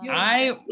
i